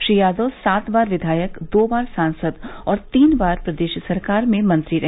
श्री यादव सात बार क्विायक दो बार सांसद और तीन बार प्रदेश सरकार में मंत्री रहे